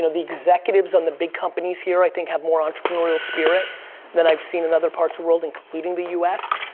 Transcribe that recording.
the executives on the big companies here i think have more entrepreneurial spirit than i've seen in other parts of the world, including the us.